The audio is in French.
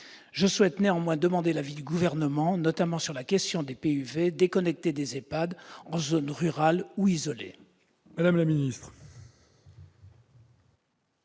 Je souhaite néanmoins demander l'avis du Gouvernement, notamment sur la question des petites unités de vie déconnectées des EHPAD en zones rurales ou isolées.